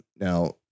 Now